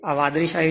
આ વાદળી શાહી